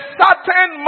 certain